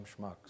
schmucks